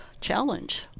challenge